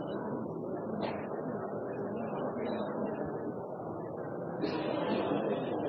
Jeg har